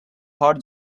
hot